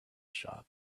shop